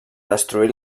destruir